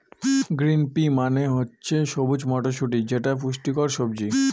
green pea মানে হচ্ছে সবুজ মটরশুটি যেটা পুষ্টিকর সবজি